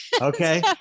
okay